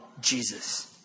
Jesus